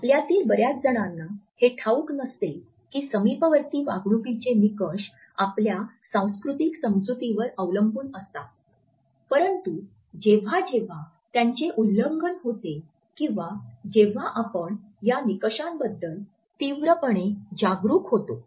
आपल्यातील बर्याच जणांना हे ठाऊक नसते की समीपवर्ती वागणुकीचे निकष आपल्या सांस्कृतिक समजुतीवर अवलंबून असतात परंतु जेव्हा जेव्हा त्यांचे उल्लंघन होते किंवा जेव्हा आपण एखाद्या परदेशी भूमीला भेट देतो तेव्हा एखाद्या जागेची व्यवस्था पूर्वीच्या समजुती पेक्षा अगदी भिन्न असते तेव्हा आपण या निकषांबद्दल तीव्रपणे जागरूक होतो